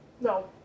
No